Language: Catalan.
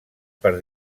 per